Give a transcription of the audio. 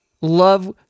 love